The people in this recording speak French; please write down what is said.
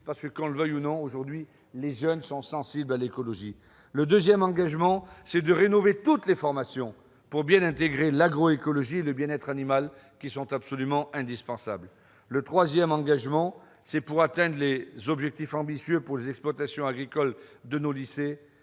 parce que, qu'on le veuille ou non, les jeunes sont sensibles à l'écologie. Le deuxième engagement consiste à rénover toutes les formations pour bien intégrer l'agroécologie et le bien-être animal. Le troisième engagement est d'atteindre des objectifs ambitieux pour les exploitations agricoles de nos lycées